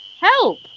Help